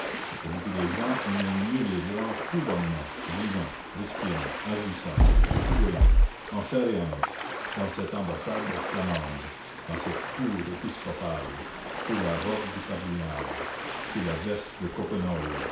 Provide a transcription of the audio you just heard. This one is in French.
et beaucoup de gens aimaient mieux les voir tout bonnement vivant respirant agissant se coudoyant en chair et en os dans cette ambassade flamande dans cette cour épiscopale sous la robe du cardinal sous la veste de